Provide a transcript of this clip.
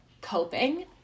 coping